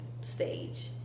stage